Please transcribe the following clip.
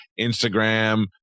Instagram